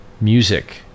music